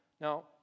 Now